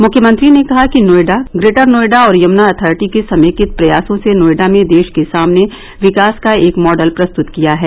मुख्यमंत्री ने कहा कि नोएडा ग्रेटर नोएडा और यमुना अथॉरिटी के समेकित प्रयासों से नोएडा में देश के सामने विकास का एक मॉडल प्रस्तुत किया है